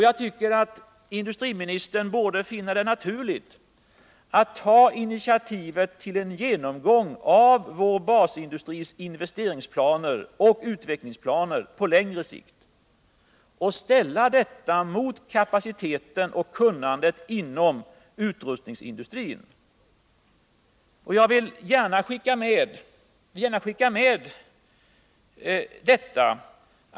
Jag tycker att industriministern borde finna det naturligt att ta initiativet till en genomgång av vår basindustris investeringsplaner och utvecklingsplaner på längre sikt och ställa resultatet av detta mot kapaciteten och kunnandet inom utrustningsindustrin. Jag vill gärna skicka med detta.